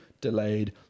Delayed